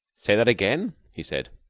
say that again, he said.